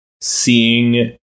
seeing